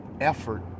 effort